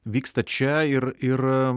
vyksta čia ir ir